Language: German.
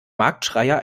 marktschreier